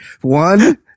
one